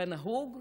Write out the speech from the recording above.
כנהוג,